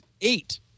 eight